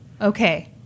okay